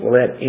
let